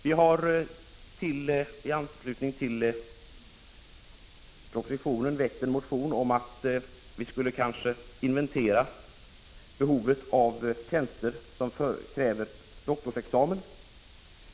Vi har i anslutning till propositionen väckt en motion om att vi kanske borde inventera behovet av tjänster som kräver doktorsexamen.